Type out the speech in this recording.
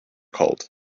cold